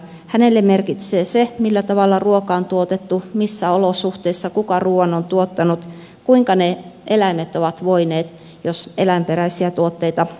hänelle merkitsee se millä tavalla ruoka on tuotettu missä olosuhteissa kuka ruuan on tuottanut kuinka ne eläimet ovat voineet jos eläinperäisiä tuotteita käyttää